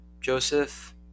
Joseph